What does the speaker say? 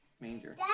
manger